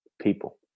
people